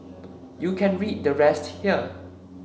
you can read the rest here